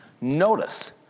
Notice